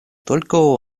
только